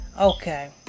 Okay